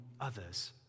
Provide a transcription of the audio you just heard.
others